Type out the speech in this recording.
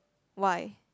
why